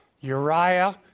Uriah